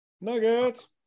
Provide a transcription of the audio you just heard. Nuggets